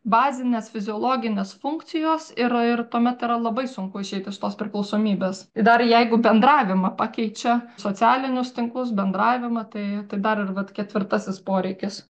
bazinės fiziologinės funkcijos ir ir tuomet yra labai sunku išeit iš tos priklausomybės i dar jeigu bendravimą pakeičia socialinius tinklus bendravimą tai tai dar ir vat ketvirtasis poreikis